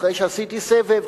אחרי שעשיתי סבב,